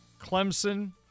Clemson